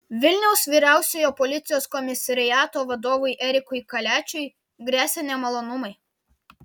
vilniaus vyriausiojo policijos komisariato vadovui erikui kaliačiui gresia nemalonumai